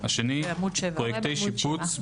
השני - פרויקטי שיפוץ,